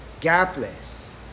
gapless